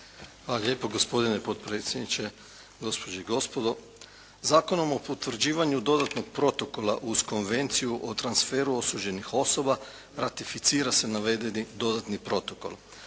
Hvala lijepo. Gospodine potpredsjedniče, gospođe i gospodo. Zakonom o potvrđivanju Dodatnog protokola uz Konvenciju o transferu osuđenih osoba ratificira se navedeni dodatni protokol.